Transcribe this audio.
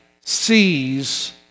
sees